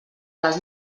les